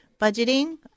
budgeting